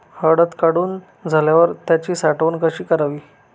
हळद काढून झाल्यावर त्याची साठवण कशी करावी?